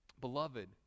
Beloved